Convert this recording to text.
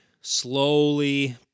slowly